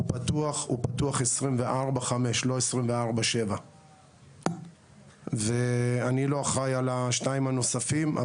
הוא פתוח 24/5 לא 24/7 ואני לא אחראי על השתיים הנוספים,